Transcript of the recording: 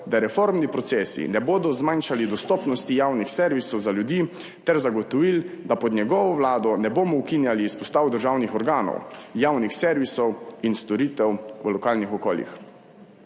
da reformni procesi ne bodo zmanjšali dostopnosti javnih servisov za ljudi ter zagotovili, da pod njegovo vlado ne bomo ukinjali izpostav državnih organov, javnih servisov in storitev v lokalnih okoljih.